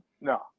no